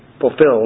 fulfilled